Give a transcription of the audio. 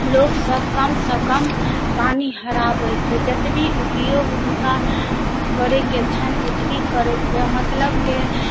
लोक सब कमसँ कम पानि हराबैत जतबी उपयोग हुनका करयके छनि ओतबी करैत बेमतलबके